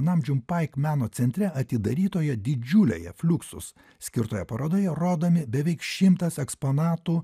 naidžium paik meno centre atidarytoje didžiulėje fliuksus skirtoje parodoje rodomi beveik šimtas eksponatų